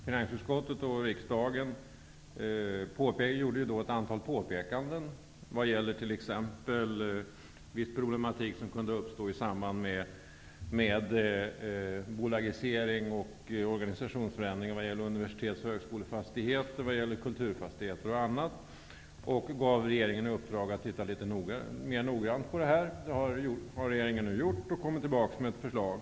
Finansutskottet och riksdagen gjorde då ett antal påpekanden, t.ex. när det gäller vissa problem som kan uppstå i samband med bolagisering och organisationsförändringar av universitets och högskolefastigheter och kulturfastigheter. Regeringen fick i uppdrag att studera detta litet mera noggrant. Det har regeringen gjort nu, och man kommer tillbaka med ett förslag.